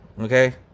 okay